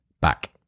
back